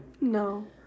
No